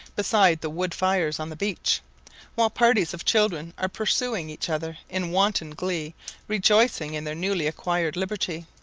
beside the wood fires on the beach while parties of children are pursuing each other in wanton glee rejoicing in their newly-acquired liberty.